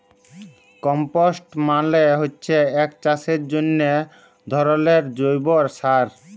compost মালে হচ্যে এক চাষের জন্হে ধরলের জৈব সার